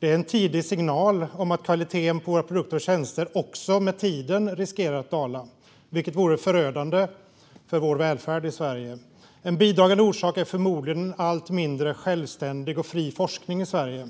Det är en tidig signal om att kvaliteten på våra produkter och tjänster också med tiden riskerar att dala, vilket vore förödande för vår välfärd i Sverige. En bidragande orsak är förmodligen en allt mindre självständig och fri forskning i Sverige.